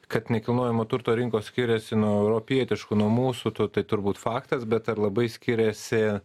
kad nekilnojamojo turto rinkos skiriasi nuo europietiškų nuo mūsų tų tai turbūt faktas bet ar labai skiriasi